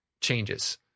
changes